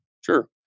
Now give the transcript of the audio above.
sure